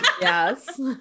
yes